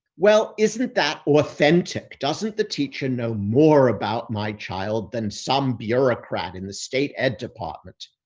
well, isn't that authentic? doesn't the teacher know more about my child than some bureaucrat in the state ed department?